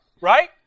right